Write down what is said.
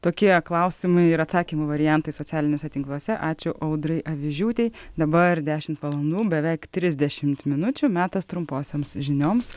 tokie klausimai ir atsakymų variantai socialiniuose tinkluose ačiū audrai avižiūtei dabar dešimt valandų beveik trisdešimt minučių metas trumposioms žinioms